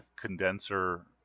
condenser